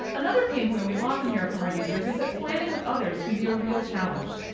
another pain point we often hear from our users is that planning with others can be a real challenge.